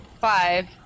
five